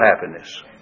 happiness